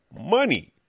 money